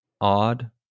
odd